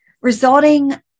Resulting